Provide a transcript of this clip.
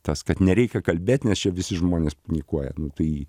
tas kad nereikia kalbėt nes čia visi žmonės panikuoja nu tai